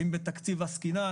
אם בתקציב עסקנן,